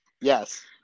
Yes